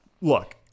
look